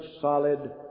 solid